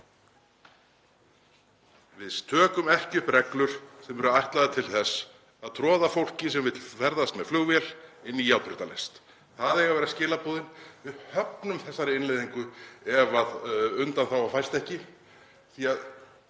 Við tökum ekki upp reglur sem eru ætlaðar til þess að troða fólki sem vill ferðast með flugvél inn í járnbrautarlest. Það eiga að vera skilaboðin. Við höfnum þessari innleiðingu ef undanþága fæst ekki.